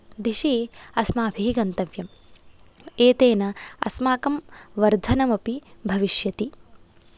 दिशि अस्माभिः गन्तव्यम् एतेन अस्माकं वर्धनमपि भविष्यति